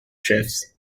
trips